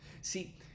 see